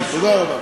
תודה רבה.